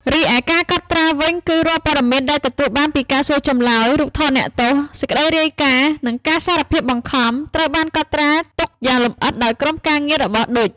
រីឯ ការកត់ត្រាវិញ គឺរាល់ព័ត៌មានដែលទទួលបានពីការសួរចម្លើយ រូបថតអ្នកទោស សេចក្តីរាយការណ៍ និងការសារភាពបង្ខំ ត្រូវបានកត់ត្រាទុកយ៉ាងលម្អិតដោយក្រុមការងាររបស់ឌុច។